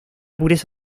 pureza